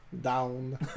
Down